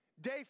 Day